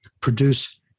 produce